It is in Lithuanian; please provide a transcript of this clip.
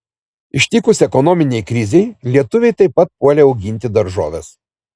ištikus ekonominei krizei lietuviai taip pat puolė auginti daržoves